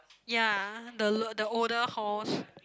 ya the l~ the older halls